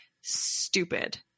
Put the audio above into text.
stupid